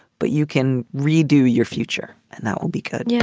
but you can redo your future. and that will be good. yeah